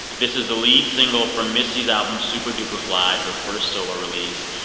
this is the lead single from missy's album, supa dupa fly, her first solo release.